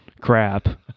Crap